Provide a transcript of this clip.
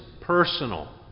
personal